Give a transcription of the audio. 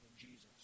Jesus